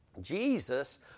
Jesus